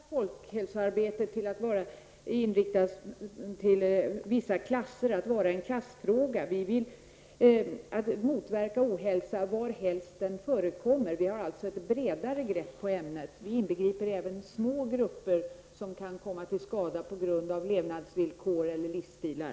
Herr talman! Rinaldo Karlsson tycks inte riktigt ha förstått vad det är vi menar. Vi vill inte begränsa folkhälsoarbetet till att bara inriktas på att vara en klassfråga. Vi vill motverka ohälsa varhelst den förekommer. Vi har alltså ett bredare grepp på ämnet. Vi inbegriper även små grupper som kan komma till skada på grund av levnadsvillkor eller livsstilar.